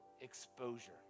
exposure